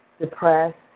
depressed